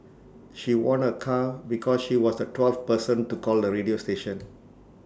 she won A car because she was the twelfth person to call the radio station